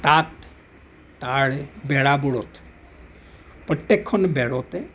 তাত তাৰ বেৰাবোৰত প্ৰত্যেকখন বেৰতে